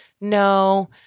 No